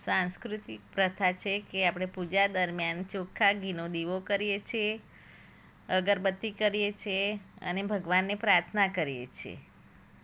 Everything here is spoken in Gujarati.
સાંસ્કૃતિક પ્રથા છે કે આપણે પૂજા દરમિયાન ચોખ્ખા ઘીનો દીવો કરીએ છીએ અગરબત્તી કરીએ છીએ અને ભગવાનને પ્રાર્થના કરીએ છીએ